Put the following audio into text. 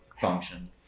function